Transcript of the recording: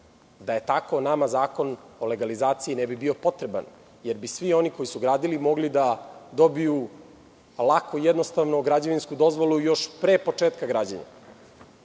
Da je tako, nama zakon o legalizaciji ne bi bio potreban, jer bi svi oni koji su gradili mogli da dobiju lako građevinsku dozvolu, još pre početka